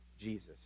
Jesus